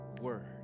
word